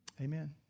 Amen